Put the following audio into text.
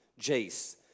Jace